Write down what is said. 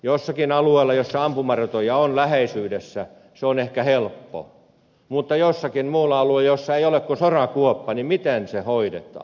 jollakin alueella missä ampumaratoja on läheisyydessä se on ehkä helppoa mutta jollakin muulla alueella missä ei ole kuin sorakuoppa niin miten se hoidetaan